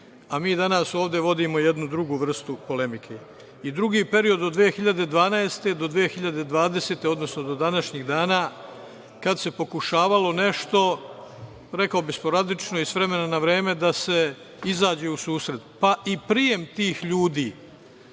danas ovde vodimo jednu drugu vrstu polemike i drugi period od 2012. godine do 2020. godine, odnosno do današnjeg dana kada se pokušavalo nešto, rekao bih sporadično i s vremena na vreme da se izađe u susret, pa i prijem tih ljudi